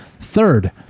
third